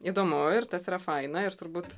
įdomu ir tas yra faina ir turbūt